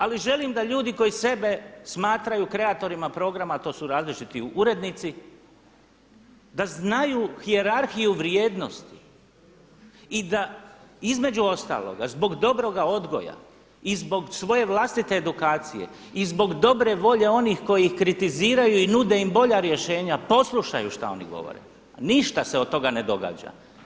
Ali želim da ljudi koji sebe smatraju kreatorima programa a to su različiti urednici da znaju hijerarhiju vrijednosti i da između ostaloga zbog dobroga odgoja i zbog svoje vlastite edukacije i zbog dobre volje onih koji ih kritiziraju i nude im bolja rješenja poslušaju šta oni govore a ništa se od toga ne događa.